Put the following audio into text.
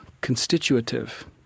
constitutive